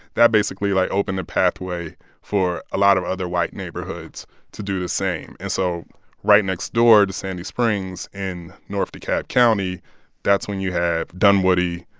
that basically, like, opened a pathway for a lot of other white neighborhoods to do the same. and so right next door to sandy springs in north dekalb county that's when you have dunwoody.